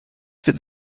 fydd